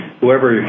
whoever